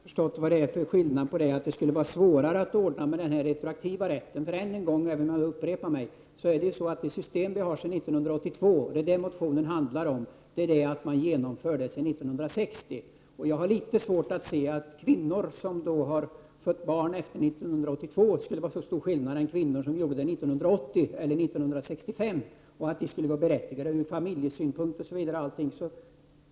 Herr talman! Jag har fortfarande inte förstått varför det skulle vara svårare att ordna med en retroaktiv rättighet. Även om jag upprepar mig, vill jag framhålla att det system vi har sedan 1982 — och det är detta motionen handlar om -— vill vi utsträcka till att gälla från 1960. Jag har svårt att se skillnaden mellan kvinnor som fött barn efter 1982 och kvinnor som fött barn 1980 eller 1965.